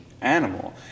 Animal